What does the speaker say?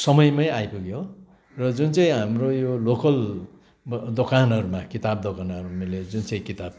समयमै आइपुग्यो र जुन चाहिँ हाम्रो यो लोकल ब दोकानहरूमा किताब दोनकानहरू हामीले जुन चाहिँ किताब